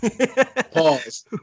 Pause